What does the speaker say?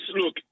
Look